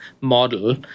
model